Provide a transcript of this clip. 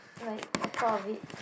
like a part of it